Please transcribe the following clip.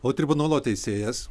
o tribunolo teisėjas